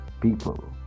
people